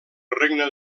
regne